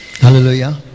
Hallelujah